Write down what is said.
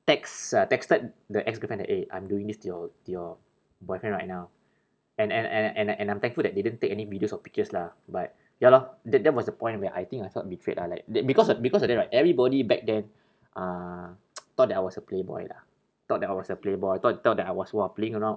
text uh texted the ex girlfriend like eh I'm doing this to your to your boyfriend right now and and and and I and I'm thankful that they didn't take any videos or pictures lah but ya lor th~ that was the point where I think I felt betrayed lah like tha~ because of because of that right everybody back then uh thought that I was a playboy lah thought that I was a playboy thoug~ thought that I was !wah! playing around